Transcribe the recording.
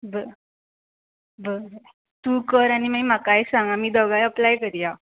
बरें बरें तूं कर आनी मागीर म्हाकाय सांग आमी दोगांय अप्लाय करया